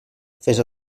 fes